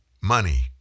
money